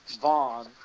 Vaughn